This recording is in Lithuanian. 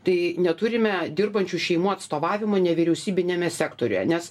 tai neturime dirbančių šeimų atstovavimo nevyriausybiniame sektoriuje nes